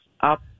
up